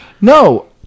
No